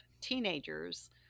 teenagers